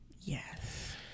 Yes